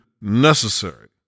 necessary